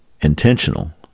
intentional